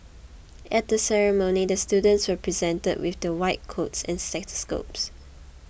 at the ceremony the students were presented with their white coats and stethoscopes